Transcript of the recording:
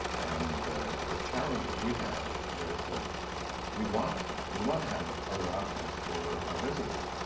and the the challenge that we have is that we want we want to have other options for our visitors.